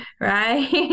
right